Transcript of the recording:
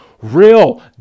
real